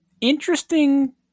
interesting